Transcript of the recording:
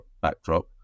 backdrop